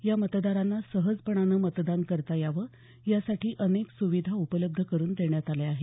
या मतदारांना सहजपणानं मतदान करता यावं यासाठी अनेक सुविधा उपलब्ध करून देण्यात आल्या आहेत